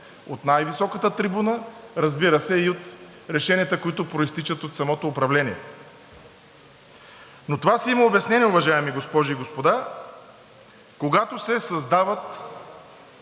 от най-високата трибуна, разбира се, и от решенията, които произтичат от самото управление. Но това си има обяснение, уважаеми госпожи и господа. Когато се създават